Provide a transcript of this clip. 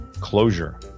closure